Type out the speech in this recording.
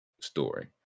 story